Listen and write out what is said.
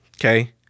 okay